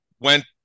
went